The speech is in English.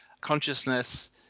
consciousness